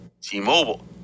T-Mobile